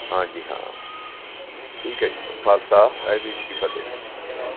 ਹਾਂਜੀ ਹਾਂ ਠੀਕ ਹੈ ਜੀ ਖਾਲਸਾ ਵਾਹਿਗੁਰੂ ਜੀ ਕੀ ਫਤਿਹ ਜੀ